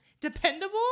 Dependable